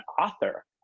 author